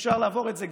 אפשר לעבור את זה,